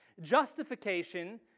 Justification